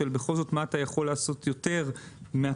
מה אתה בכל זאת יכול לעשות יותר מהקיים.